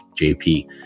JP